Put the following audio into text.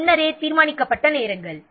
சில முன்னரே தீர்மானிக்கப்பட்ட நேரங்கள்